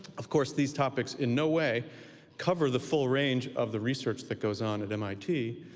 of course, these topics in no way cover the full range of the research that goes on at mit,